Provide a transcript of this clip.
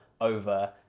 over